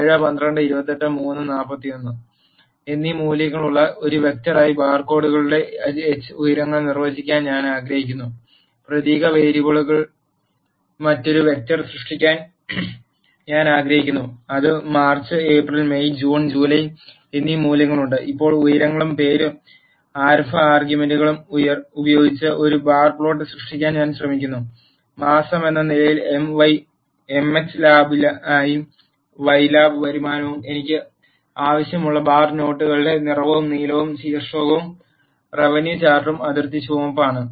7 12 28 3 41 എന്നീ മൂല്യങ്ങളുള്ള ഒരു വെക്റ്ററായി ബാർകോഡുകളുടെ h ഉയരങ്ങൾ നിർവചിക്കാൻ ഞാൻ ആഗ്രഹിക്കുന്നു പ്രതീക വേരിയബിളുള്ള മറ്റൊരു വെക്റ്റർ സൃഷ്ടിക്കാൻ ഞാൻ ആഗ്രഹിക്കുന്നു അത് March April May June July എന്നീ മൂല്യങ്ങളുണ്ട് ഇപ്പോൾ ഉയരങ്ങളും പേര് ആരംഭ ആർഗ്യുമെന്റുകളും ഉപയോഗിച്ച് ഒരു ബാർ പ്ലോട്ട് സൃഷ്ടിക്കാൻ ഞാൻ ശ്രമിക്കുന്നു മാസമെന്ന നിലയിൽ m x ലാബായി Y ലാബ് വരുമാനവും എനിക്ക് ആവശ്യമുള്ള ബാർ നോട്ടുകളുടെ നിറവും നീലയും ശീർഷകം റവന്യൂ ചാർട്ടും അതിർത്തി ചുവപ്പുമാണ്